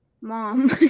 Mom